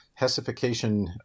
Hessification